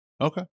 okay